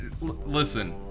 listen